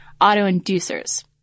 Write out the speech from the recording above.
autoinducers